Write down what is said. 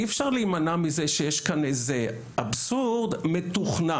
אי אפשר להימנע מזה שיש כאן איזה אבסורד מתוכנן,